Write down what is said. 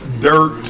dirt